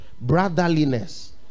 brotherliness